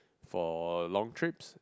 for long trips